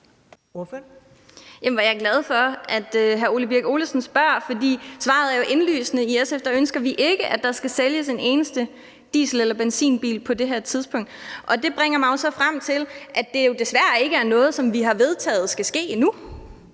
er jeg glad for, at hr. Ole Birk Olesen spørger, for svaret er indlysende. I SF ønsker vi ikke, at der skal sælges en eneste diesel- eller benzinbil på det her tidspunkt. Det bringer mig så frem til, at det jo desværre ikke er noget, som vi har vedtaget skal ske endnu.